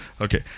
Okay